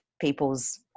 people's